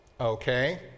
Okay